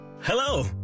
hello